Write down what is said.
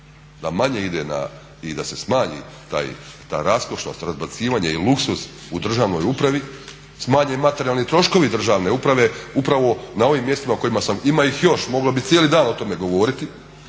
da manje ide i da se smanji ta rastrošnost, razbacivanje i luksuz u državnoj upravi, smanje materijalni troškovi državne uprave upravo na ovim mjestima kojima sam, ima ih još mogao bih cijeli dan o tome govoriti,